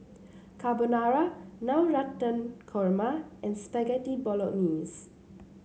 Carbonara Navratan Korma and Spaghetti Bolognese